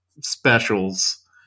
specials